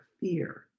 fear